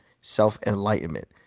Self-enlightenment